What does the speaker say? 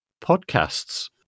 podcasts